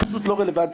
פשוט לא רלוונטי.